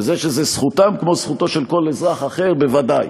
וזה שזו זכותן כמו זכותו של כל אזרח אחר, בוודאי.